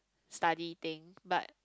study thing but